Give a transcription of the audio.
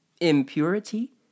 impurity